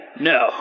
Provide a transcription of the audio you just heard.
no